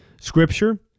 Scripture